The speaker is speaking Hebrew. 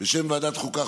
בשם ועדת חוקה,